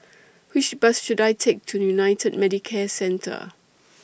Which Bus should I Take to United Medicare Centre